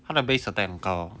他的 base attempt 很高